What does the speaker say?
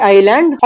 Island